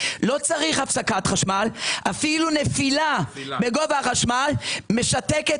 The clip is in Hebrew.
לא צריך הפסקת חשמל; אפילו נפילה בגובה החשמל משתקת